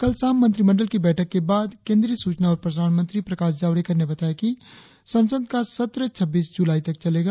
कल शाम मंत्रिमंडल की बैठक के बाद सूचना और प्रसारण मंत्री प्रकाश जावड़ेकर ने बताया कि संसद का सत्र छब्बीस जुलाई तक चलेगा